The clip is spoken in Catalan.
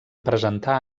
presentar